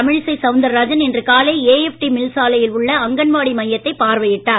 தமிழிசை சவுந்தரராஜன் இன்று காலை AFT mill சாலையில் உள்ள அங்கன்வாடி மையத்தைப் பார்வையிட்டார்